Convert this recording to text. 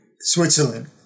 Switzerland